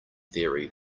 theory